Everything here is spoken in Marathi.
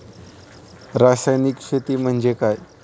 रासायनिक शेती म्हणजे काय?